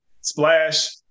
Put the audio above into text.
splash